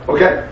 Okay